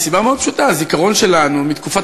מסיבה מאוד פשוטה: הזיכרון שלנו מתקופת